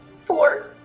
Four